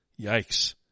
Yikes